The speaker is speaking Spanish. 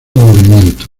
movimiento